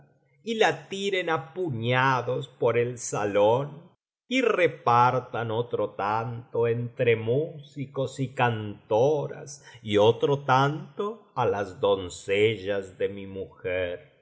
y la tiren á puñados por el salón y repartan otro tanto entre músicos y cantoras y otro tanto á las doncellas de mi mujer